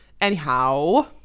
Anyhow